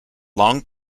long